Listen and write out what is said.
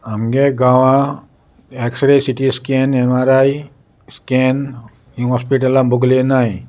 आमगे गांवा x ray C T scan M R I scan ही हॉस्पिटलां भोगलीनाय